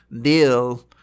deal